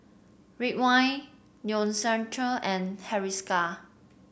Ridwind Neostrata and Hiruscar